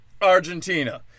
Argentina